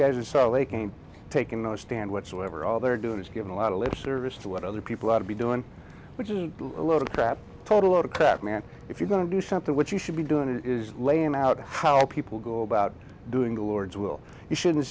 guys are so they came taking no stand whatsoever all they're doing is giving a lot of lip service to what other people ought to be doing which is a load of crap total autocratic man if you're going to do something what you should be doing it is laying out how people go about doing the lord's will you shouldn't